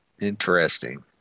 Interesting